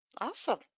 awesome